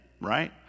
right